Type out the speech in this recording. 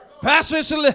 Pastor